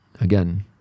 Again